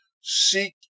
seek